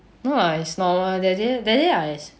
no lah it's smaller that day that day I